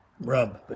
rub